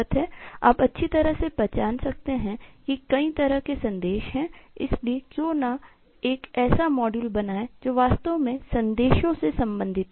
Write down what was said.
आप अच्छी तरह से पहचान सकते हैं कि कई तरह के संदेश हैं इसलिए क्यों न एक ऐसा मॉड्यूल बनाएं जो वास्तव में संदेशों से संबंधित हो